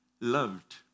loved